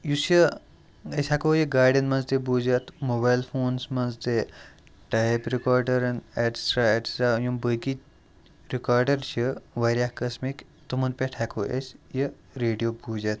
یُس یہِ أسۍ ہیٚکو یہِ گاڑیٚن منٛز تہِ بوٗزِتھ موبایل فونَس منٛز تہِ ٹیپ رِکارڈَرَن ایٹسِٹرا ایٹسِٹرا یِم بٲقٕے رِکارڈَر چھِ واریاہ قٕسمٕکۍ تِمَن پٮ۪ٹھ ہیٚکو أسۍ یہِ ریڈیو بوٗزِتھ